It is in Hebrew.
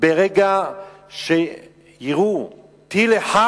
ברגע שיירו טיל אחד,